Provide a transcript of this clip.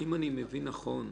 אם אני מבין נכון,